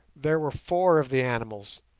there were four of the animals,